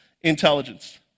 intelligence